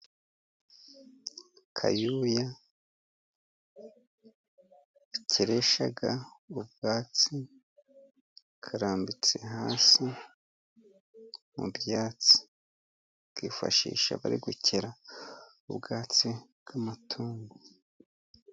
Akayuya bakeresha ubwatsi, karambitse hasi mu byatsi, bakifashisha bari gukera ubwatsi bw'amatungo.